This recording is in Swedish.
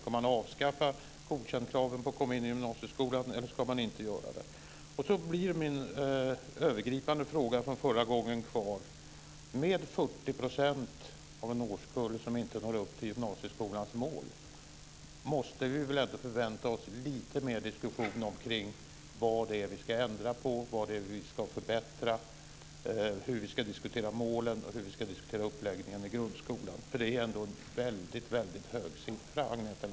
Ska man avskaffa kravet på godkänt för att komma in i gymnasieskolan, eller ska man inte göra det? Min övergripande fråga från förra repliken står kvar. Om 40 % av en årskull inte når upp till gymnasieskolans mål måste vi väl förvänta oss lite mer diskussion om vad vi ska ändra på och vad vi ska förbättra, om målen och uppläggningen i grundskolan. 40 % är en väldigt hög andel.